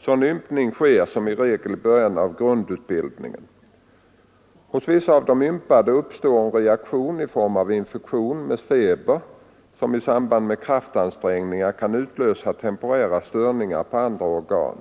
Sådan ympning sker som regel i början av grundutbildningen. 13 Hos vissa av de ympade uppstår en reaktion i form av infektion med feber, som i samband med kraftansträngning kan utlösa temporära störningar på andra organ.